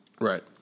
Right